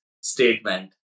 statement